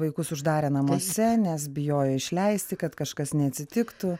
vaikus uždarę namuose nes bijojo išleisti kad kažkas neatsitiktų